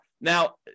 Now